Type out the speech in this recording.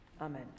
Amen